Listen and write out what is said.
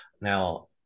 now